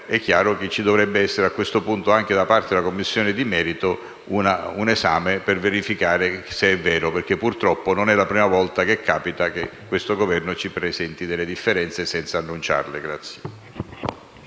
è chiaro che ci dovrebbe essere, a questo punto, anche da parte della Commissione di merito, un esame per verificare se è vero, perché purtroppo non è la prima volta che capita che questo Governo ci presenti delle differenze senza annunciarle.